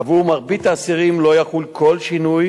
עבור מרבית האסירים לא יחול כל שינוי